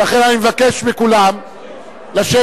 לכן אני מבקש מכולם לשבת,